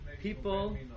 people